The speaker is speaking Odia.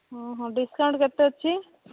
ହଁ ହଁ ଡିସ୍କାଉଣ୍ଟ୍ କେତେ ଅଛି